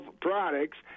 products